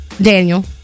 Daniel